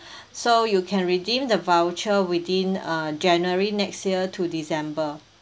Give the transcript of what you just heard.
so you can redeem the voucher within uh january next year to december